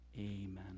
amen